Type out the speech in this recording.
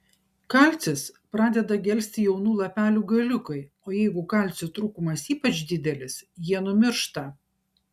kalcis pradeda gelsti jaunų lapelių galiukai o jeigu kalcio trūkumas ypač didelis jie numiršta